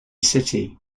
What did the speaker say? city